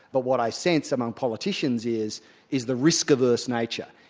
but what i sense among politicians is is the risk averse nature.